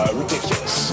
ridiculous